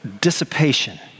dissipation